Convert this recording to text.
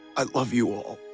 i love you all.